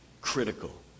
critical